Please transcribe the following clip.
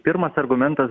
pirmas argumentas